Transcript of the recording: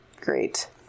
great